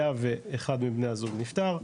היה ואחד מבני הזוג נפטר,